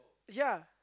ya